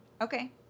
Okay